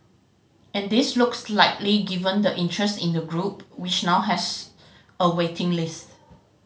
and this looks likely given the interest in the group which now has a waiting lists